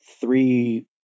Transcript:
three